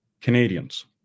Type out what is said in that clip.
Canadians